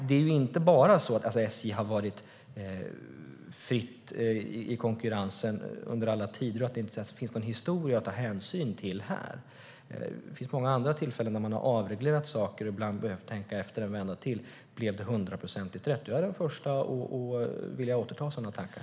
Det är inte så att SJ har varit fritt i konkurrensen under alla tider och att det inte finns någon historia att ta hänsyn till här. Det finns många andra tillfällen då man har avreglerat saker och ibland har behövt tänka en vända till - blev det hundraprocentigt rätt? Jag är den första att vilja återgå till sådana tankar.